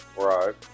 Right